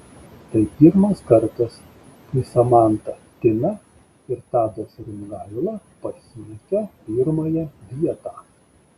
tai pirmas kartas kai samanta tina ir tadas rimgaila pasiekią pirmąją vietą